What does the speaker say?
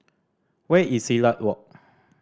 where is Silat Walk